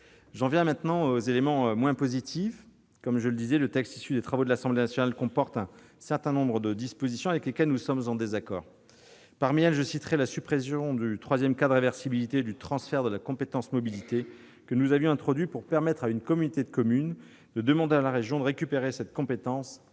J'en viens maintenant aux éléments moins positifs. Comme je l'indiquais, le texte issu des travaux de l'Assemblée nationale comporte un certain nombre de dispositions avec lesquelles nous sommes en désaccord. Parmi elles, je citerai la suppression du troisième cas de réversibilité du transfert de la compétence mobilité, que nous avions introduit pour permettre à une communauté de communes de demander à la région le transfert de cette compétence en